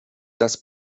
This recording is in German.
das